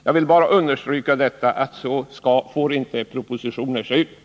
Jag vill understryka detta: Så får inte propositioner se ut!